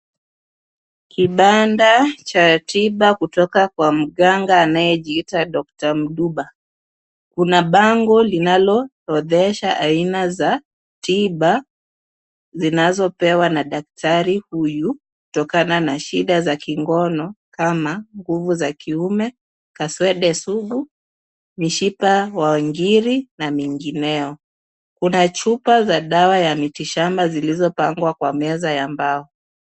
Kibanda cha tiba kutoka kwa mganga anayejiita Doctor Mduba. Kuna bango linaloorodhesha aina za tiba zinazopewa na daktari huyu kutokana na shida za kingono kama nguvu za kiume, kaswende sugu, mishipa wa ngiri na mingineo. Kuna chupa za dawa ya miti shamba ziizopangwa kwa meza ya mbao.